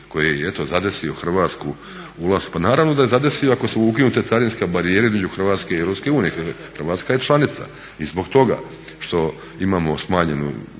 koji je eto zadesio Hrvatsku ulaskom, pa naravno da je zadesio ako su ukinute carinske barijere između Hrvatske i Europske unije. Hrvatska je članica i zbog toga što imamo smanjenu